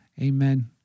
Amen